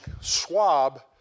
Swab